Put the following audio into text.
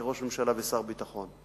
כראש הממשלה ושר הביטחון,